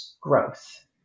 growth